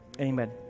amen